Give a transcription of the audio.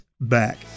back